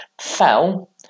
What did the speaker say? fell